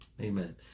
Amen